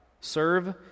Serve